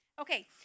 Okay